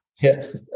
Yes